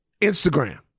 Instagram